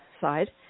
side